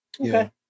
Okay